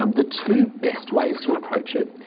um the two best ways to approach it.